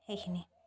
সেইখিনিয়ে